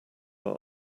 are